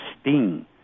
sting